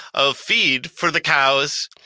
of feed for the cows,